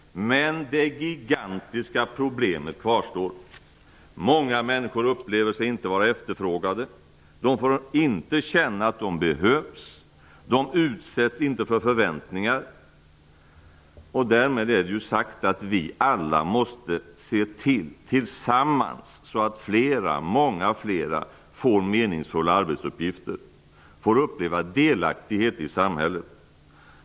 Men det gigantiska problemet kvarstår. Många människor upplever sig inte vara efterfrågade. De får inte känna att de behövs. De utsätts inte för förväntningar. Vi måste alla därmed tillsammans se till så att många fler får meningsfulla arbetsuppgifter och får uppleva delaktighet i samhället.